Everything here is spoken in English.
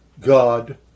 God